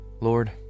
Lord